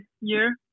year